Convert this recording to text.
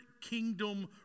kingdom